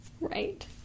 Right